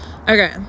Okay